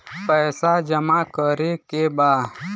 पैसा जमा करे के बा?